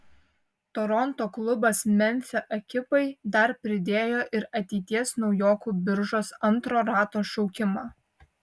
toronto klubas memfio ekipai dar pridėjo ir ateities naujokų biržos antro rato šaukimą